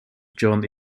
john